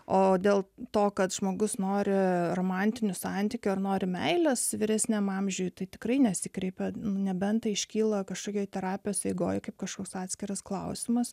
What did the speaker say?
o dėl to kad žmogus nori romantinių santykių ar nori meilės vyresniame amžiuje tai tikrai nesikreipia nebent iškyla kažkokioje terapijos eigoje kaip kažkoks atskiras klausimas